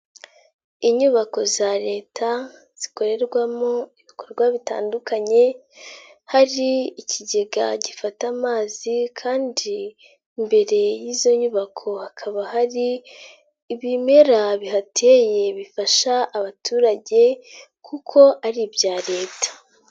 Inyubako za leta zikorerwamo ibikorwa bitandukanye, hari ikigega gifata amazi kandi mbere y'izo nyubako hakaba hari ibimera bihateye bifasha abaturage kuko ari ibya leta.